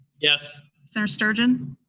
yes. senator sturgeon?